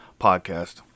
podcast